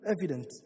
evident